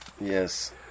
Yes